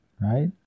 Right